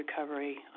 recovery